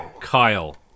Kyle